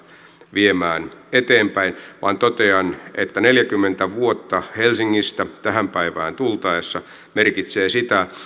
viemään eteenpäin vaan totean että neljäkymmentä vuotta helsingistä tähän päivään tultaessa merkitsee sitä